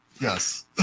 Yes